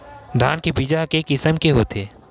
धान के बीजा ह के किसम के होथे?